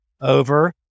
over